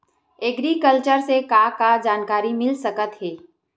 Agriculture से का का जानकारी मिल सकत हे?